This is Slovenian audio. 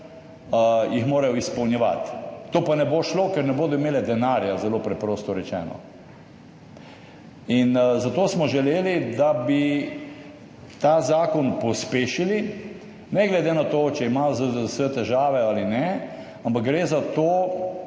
jih morajo izpolnjevati, to pa ne bo šlo, ker ne bodo imele denarja, zelo preprosto rečeno in zato smo želeli, da bi ta zakon pospešili, ne glede na to, če ima ZZS težave ali ne, ampak gre zato,